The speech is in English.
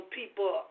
people